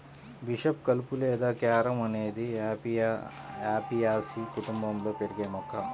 bishop కలుపు లేదా carom అనేది అపియాసి కుటుంబంలో పెరిగే మొక్క